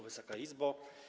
Wysoka Izbo!